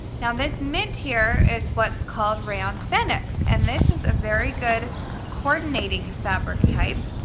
now this mint here is what's called round spandex and this is a very good coordinating fabric type.